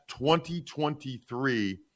2023